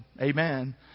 Amen